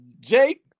Jake